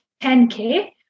10K